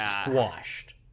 squashed